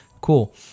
Cool